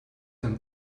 ein